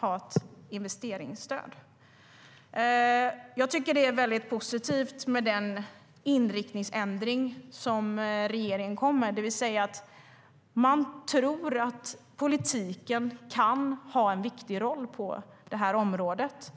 ha ett investeringsstöd. Jag tycker att det är väldigt positivt med den inriktningsändring som regeringen kom med. Man tror att politiken kan ha en viktig roll på det här området.